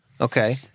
Okay